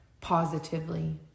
positively